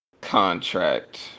contract